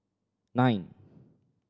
nine